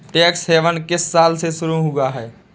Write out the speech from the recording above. Tax haven किस साल में शुरू हुआ है?